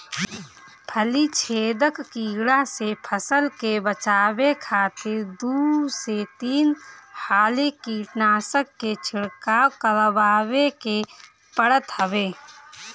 फली छेदक कीड़ा से फसल के बचावे खातिर दू से तीन हाली कीटनाशक के छिड़काव करवावे के पड़त हवे